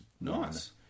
Nice